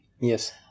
yes